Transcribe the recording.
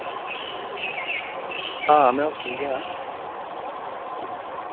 हां में होस्टल गै आं